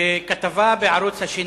בכתבה בערוץ 2